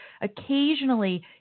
Occasionally